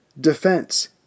defense